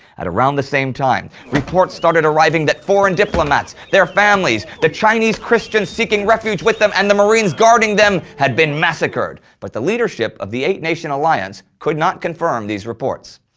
at around the same time, reports started arriving that the foreign diplomats, their families, the chinese christians seeking refuge with them and the marines guarding them had been massacred, but the leadership of the eight nation alliance could not confirm these reports.